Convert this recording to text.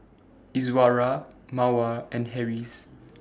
Izzara Mawar and Harris